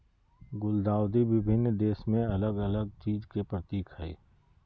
गुलदाउदी विभिन्न देश में अलग अलग चीज के प्रतीक हइ